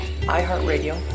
iHeartRadio